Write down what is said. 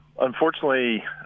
Unfortunately